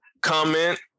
comment